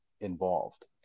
involved